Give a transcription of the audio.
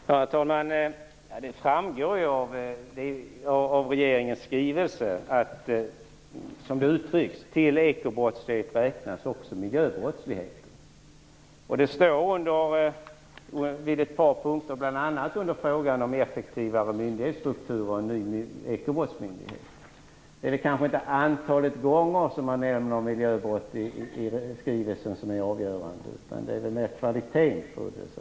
Herr talman! Det framgår ju av regeringens skrivelse att till ekobrottslighet räknas också miljöbrottsligheten. Det står på ett par punkter, bl.a. under frågan om effektivare myndighetsstruktur och en ny ekobrottsmyndighet. Men det kanske inte är det antal gånger som miljöbrott nämns i skrivelsen som är det avgörande utan mer kvaliteten.